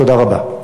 תודה רבה.